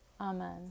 Amen